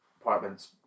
apartments